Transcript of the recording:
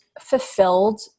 fulfilled